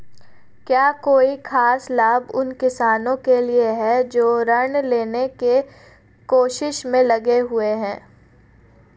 क्या कोई खास लाभ उन किसानों के लिए हैं जो ऋृण लेने की कोशिश में लगे हुए हैं?